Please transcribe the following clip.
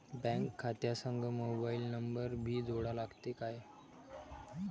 Bank खात्या संग mobile number भी जोडा लागते काय?